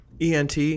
ENT